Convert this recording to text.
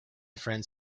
friends